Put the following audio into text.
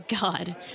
god